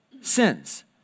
sins